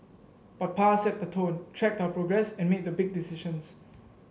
but Pa set the tone tracked our progress and made the big decisions